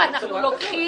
גור,